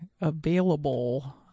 available